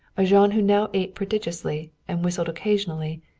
a jean who now ate prodigiously, and whistled occasionally,